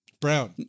Brown